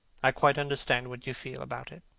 i quite understand what you feel about it.